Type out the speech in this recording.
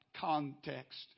context